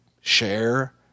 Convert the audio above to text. share